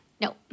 No